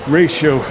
ratio